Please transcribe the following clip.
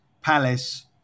Palace